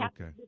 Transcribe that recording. Okay